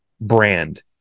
brand